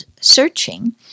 searching